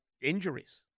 injuries